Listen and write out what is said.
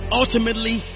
ultimately